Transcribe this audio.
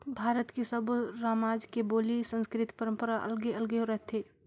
भारत के सब्बो रामज के बोली, संस्कृति, परंपरा अलगे अलगे रथे